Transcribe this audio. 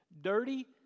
Dirty